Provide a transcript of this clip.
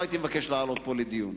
לא הייתי מבקש לעלות פה לדיון.